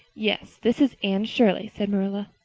yes, this is anne shirley, said marilla.